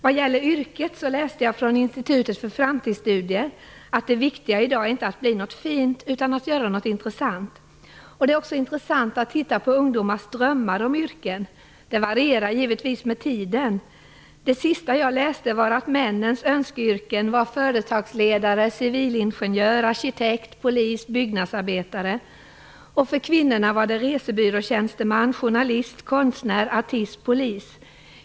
Vad gäller yrket läste jag från Institutet för framtidsstudier att det viktiga i dag inte är att bli något fint, utan att göra något intressant. Det är också intressant att titta på ungdomars drömmar om yrken. Det varierar givetvis med tiden. Det senaste jag läste var att männens önskeyrken var företagsledare, civilingenjör, arkitekt, polis och byggnadsarbetare. För kvinnorna var det resebyråtjänsteman, journalist, konstnär, artist och polis.